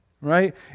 right